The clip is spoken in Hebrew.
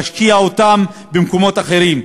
להשקיע אותם במקומות אחרים,